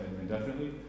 indefinitely